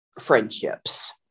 friendships